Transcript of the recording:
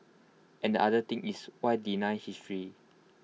and the other thing is why deny history